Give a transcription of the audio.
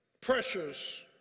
pressures